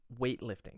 weightlifting